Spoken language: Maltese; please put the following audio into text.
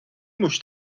mhux